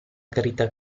carità